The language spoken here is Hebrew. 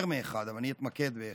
יותר מאחד, אבל אני אתמקד באחד,